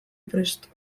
prest